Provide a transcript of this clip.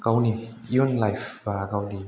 गावनि इयुन लाइफआ गावनि